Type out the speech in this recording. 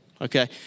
Okay